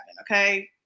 okay